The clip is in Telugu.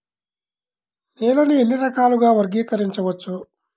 నేలని ఎన్ని రకాలుగా వర్గీకరించవచ్చు?